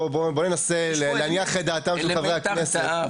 בואו ננסה להניח את דעתם של חברי הכנסת.